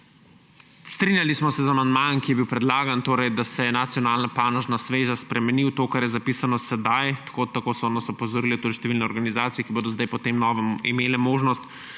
Strinjali smo se z amandmajem, ki je bil predlagan, da se nacionalna panožna zveza spremeni v to, kar je zapisano sedaj. Tako so nas opozorile tudi številne organizacije, ki bodo zdaj po novem imele možnost